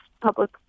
public